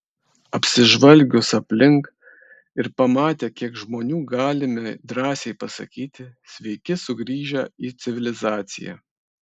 apsižvalgius aplink ir pamatę kiek žmonių galime drąsiai pasakyti sveiki sugrįžę į civilizaciją